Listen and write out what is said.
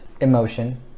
emotion